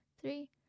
three